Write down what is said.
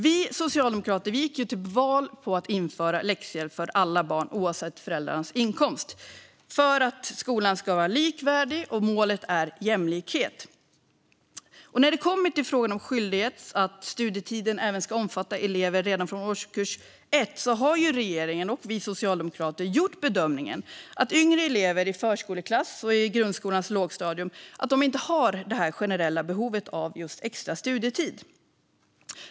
Vi socialdemokrater gick ju till val på att införa läxhjälp för alla barn, oavsett föräldrarnas inkomst, för att skolan ska vara likvärdig och målet är jämlikhet. När det kommer till frågan om att studietiden även ska omfatta elever redan från årskurs 1 har regeringen och vi socialdemokrater gjort bedömningen att yngre elever i förskoleklass och i grundskolans lågstadium inte har ett generellt behov av extra studietid.